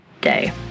day